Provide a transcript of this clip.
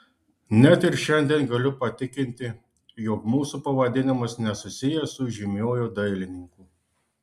net ir šiandien galiu patikinti jog mūsų pavadinimas nesusijęs su žymiuoju dailininku